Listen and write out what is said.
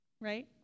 Right